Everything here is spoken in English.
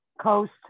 coast